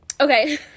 okay